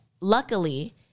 luckily